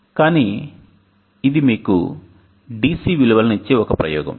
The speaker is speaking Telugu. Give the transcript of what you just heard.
కానీ ఇది మీకు DC విలువలను ఇచ్చే ఒక ప్రయోగం